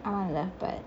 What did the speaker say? but